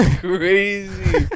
crazy